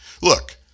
Look